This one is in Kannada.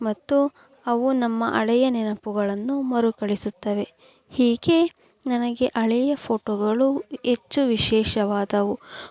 ಮತ್ತು ಅವು ನಮ್ಮ ಹಳೆಯ ನೆನಪುಗಳನ್ನು ಮರುಕಳಿಸುತ್ತವೆ ಹೀಗೆ ನನಗೆ ಹಳೆಯ ಫ಼ೋಟೋಗಳು ಹೆಚ್ಚು ವಿಶೇಷವಾದವು